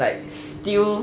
like steal